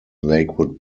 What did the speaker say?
lakewood